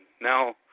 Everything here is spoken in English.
now